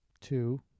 Two